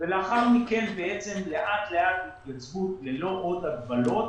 ולאחר מכן לאט לאט התייצבות ללא עוד הגבלות